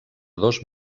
dos